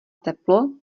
teplo